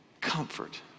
Comfort